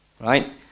right